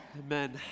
Amen